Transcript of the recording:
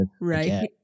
Right